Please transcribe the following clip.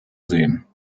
sehen